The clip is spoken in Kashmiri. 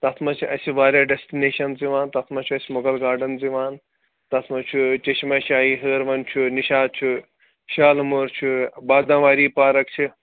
تَتھ منٛز چھِ اَسہِ واریاہ ڈٮ۪سٹِنیشَنٕز یِوان تَتھ منٛز چھِ اَسہِ مغل گاڈنٛز یِوان تَتھ منٛز چھُ چشمہ شاہی ہٲروَن چھُ نِشاط چھُ شالہٕ مٲر چھُ بادام واری پارَک چھِ